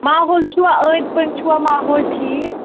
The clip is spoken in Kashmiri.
ماحول چھُوا أندۍ پٔکۍ چھُوا ماحول ٹھیٖک